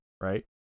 right